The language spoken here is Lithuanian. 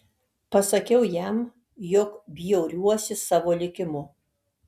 pasakiau jam jog bjauriuosi savo likimu